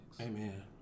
Amen